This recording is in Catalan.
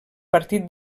partit